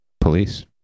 police